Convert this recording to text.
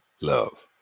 love